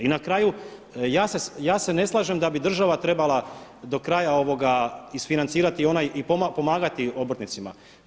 I na kraju, ja se ne slažem da bi država trebala do kraja isfinancirati onaj i pomagati obrtnicima.